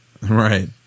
Right